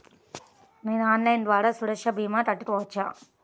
నేను ఆన్లైన్ ద్వారా సురక్ష భీమా కట్టుకోవచ్చా?